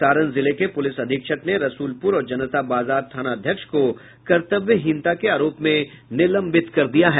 सारण जिले के पुलिस अधीक्षक ने रसूलपुर और जनता बाजार थानाध्यक्ष को कर्तव्यहीनता के आरोप में निलंबित कर दिया है